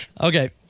Okay